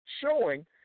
showing